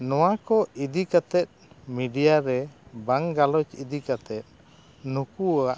ᱱᱚᱣᱟ ᱠᱚ ᱤᱫᱤ ᱠᱟᱛᱮᱫ ᱢᱤᱰᱤᱭᱟ ᱨᱮ ᱵᱟᱝ ᱜᱟᱞᱚᱪ ᱤᱫᱤ ᱠᱟᱛᱮ ᱱᱩᱠᱩᱣᱟᱜ